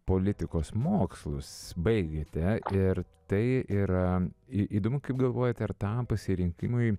politikos mokslus baigėte ir tai yra įdomu kaip galvojate ar tam pasirinkimui